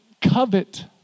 covet